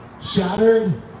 shattered